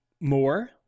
more